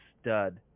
stud